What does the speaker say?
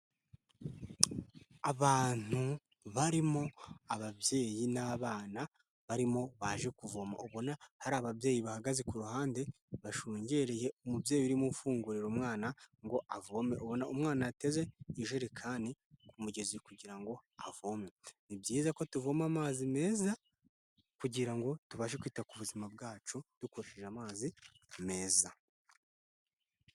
Abantu barimo ababyeyi n'abana barimo baje kuvoma, ubona hari ababyeyi bahagaze ku ruhande bashungereye umubyeyi urimo ufungurira umwana ngo avome, ubona umwana yateze ijerekani ku mugezi kugira ngo avome, ni byiza ko tuvoma amazi meza kugira ngo tubashe kwita ku buzima bwacu dukoresheje amazi meza.